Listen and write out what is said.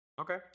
Okay